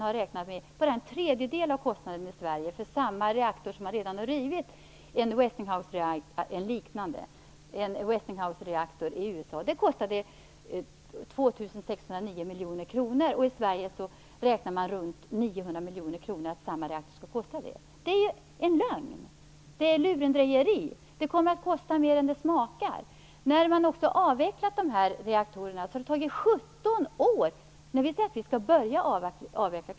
Det kostade 2 609 miljoner kronor. I Sverige har man räknat med en tredjedel av den kostnaden för rivning av en liknande reaktor. Man räknar med att det skall kosta runt 900 miljoner kronor. Det är en lögn! Det är lurendrejeri. Det kommer att kosta mer än det smakar. Vi säger att vi skall börja avveckla.